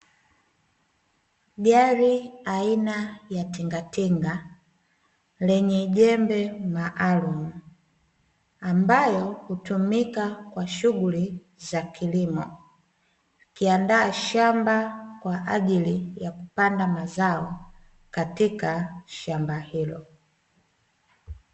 Gari aina ya tingatinga lenye jembe maalumu ambayo hutumika kwa shughuli za kilimo, ikiandaa shamba kwa ajili ya kupanda mazao katika shamba hilo.